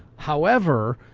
however,